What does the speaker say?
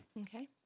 Okay